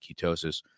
ketosis